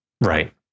right